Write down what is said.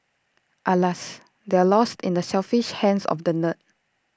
alas they're lost in the selfish hands of the nerd